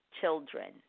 children